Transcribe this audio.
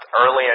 early